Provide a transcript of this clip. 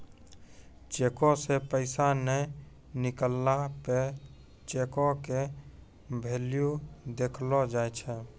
चेको से पैसा नै निकलला पे चेको के भेल्यू देखलो जाय छै